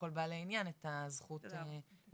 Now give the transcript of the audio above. לכל בעלי העניין את הזכות להגיב.